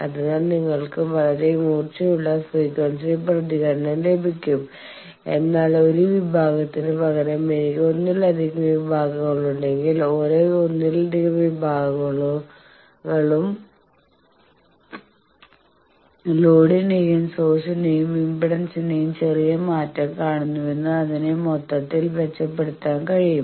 അതിനാൽ നിങ്ങൾക്ക് വളരെ മൂർച്ചയുള്ള ഫ്രീക്വൻസി പ്രതികരണം ലഭിക്കും എന്നാൽ ഒരു വിഭാഗത്തിന് പകരം എനിക്ക് ഒന്നിലധികം വിഭാഗങ്ങൾ ഉണ്ടെങ്കിൽ ഓരോ ഒന്നിലധികം വിഭാഗങ്ങളും ലോഡിന്റെയും സോഴ്സ് ഇംപെഡൻസിന്റെയും ചെറിയ മാറ്റം കാണുന്നുവെന്നത് അതിനെ മൊത്തത്തിൽ മെച്ചപ്പെടുത്താൻ കഴിയും